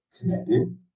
connected